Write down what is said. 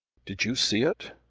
did you see it?